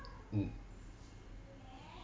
mm